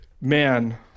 Man